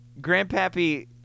Grandpappy